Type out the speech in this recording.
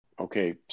Okay